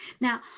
Now